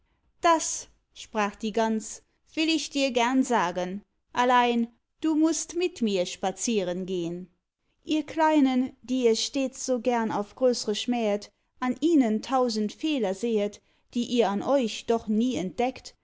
das sprach die gans will ich dir gerne sagen allein du mußt mit mir spazierengehn ihr kleinen die ihr stets so gern auf größre schmähet an ihnen tausend fehler sehet die ihr an euch doch nie entdeckt